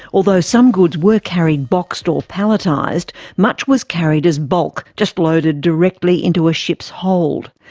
although some goods were carried boxed or palletised, much was carried as bulk, just loaded directly into a ship's hold.